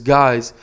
guys